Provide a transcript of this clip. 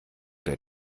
der